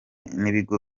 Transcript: n’ibigo